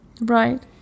right